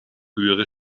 höhere